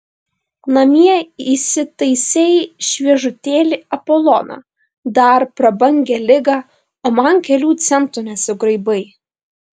namie įsitaisei šviežutėlį apoloną dar prabangią ligą o man kelių centų nesugraibai